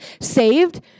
saved